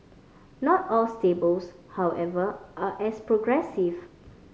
not all stables however are as progressive